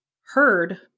heard